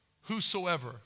whosoever